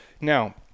Now